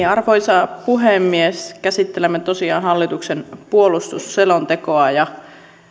arvoisa puhemies käsittelemme tosiaan hallituksen puolustusselontekoa ja